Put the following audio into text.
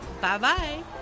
Bye-bye